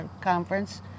Conference